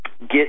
Get